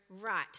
right